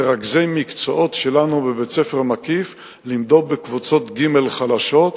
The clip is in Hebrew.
מרכזי מקצועות שלנו בבית-ספר מקיף לימדו בקבוצות ג' חלשות,